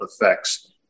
effects